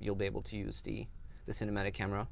you'll be able to use the the cinematic camera.